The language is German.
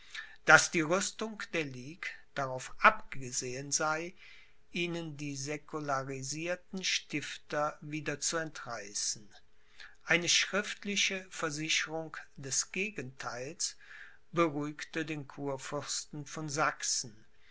daß die rüstung der ligue darauf abgesehen sei ihnen die säcularisierten stifter wieder zu entreißen eine schriftliche versicherung des gegentheils beruhigte den kurfürsten von sachsen